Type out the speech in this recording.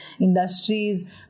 industries